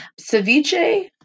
Ceviche